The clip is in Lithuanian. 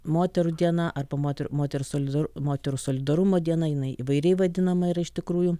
moterų diena arba moterų moters solidar moterų solidarumo diena jinai įvairiai vadinama yra iš tikrųjų